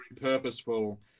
purposeful